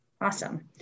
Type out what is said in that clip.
awesome